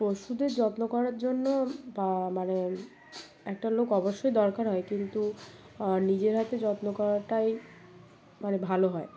পশুদের যত্ন করার জন্য বা মানে একটা লোক অবশ্যই দরকার হয় কিন্তু নিজের হাতে যত্ন করাটাই মানে ভালো হয়